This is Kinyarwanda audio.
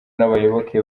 n’abayoboke